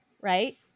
right